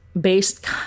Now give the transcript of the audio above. based